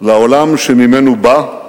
לעולם שממנו בא,